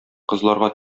кызларга